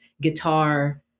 guitar